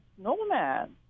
snowman